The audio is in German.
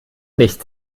nicht